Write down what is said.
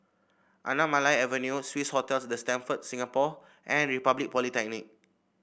Anamalai Avenue Swissotel The Stamford Singapore and Republic Polytechnic